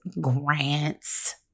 grants